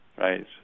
Right